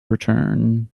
return